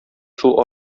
шул